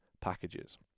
packages